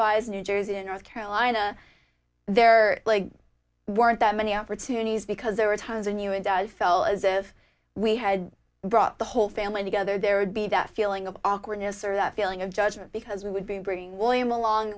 wise new jersey in north carolina there weren't that many opportunities because there were times when you it does fell as if we had brought the whole family together there would be that feeling of awkwardness or that feeling of judgment because we would be bringing william along